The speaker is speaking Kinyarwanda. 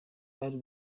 bari